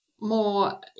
More